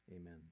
Amen